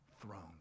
throne